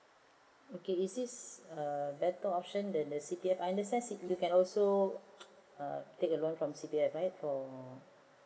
okay is this a better option than the C_P_F I understands that you can also take a loan from C_P_F right for